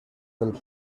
del